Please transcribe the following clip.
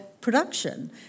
production